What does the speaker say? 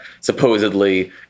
supposedly